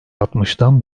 altmıştan